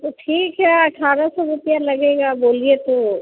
तो ठीक है अठारह सौ रुपया लगेगा बोलिए तो